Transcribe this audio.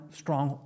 strong